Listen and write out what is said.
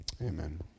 amen